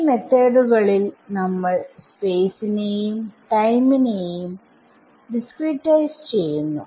ഈ മെത്തോഡുകളിൽ നമ്മൾ സ്പേസിനെയും ടൈമിനെയും ഡിസ്ക്രിടൈസ് ചെയ്യുന്നു